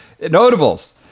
Notables